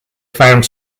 found